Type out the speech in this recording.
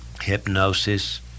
hypnosis